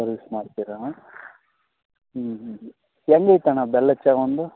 service ಮಾಡ್ತೀರಾ ಹ್ಞೂ ಹ್ಞೂ ಎಲ್ಲಿತ್ತು ಅಣ್ಣ ಬೆಲ್ಲದ ಚಾ ಒಂದು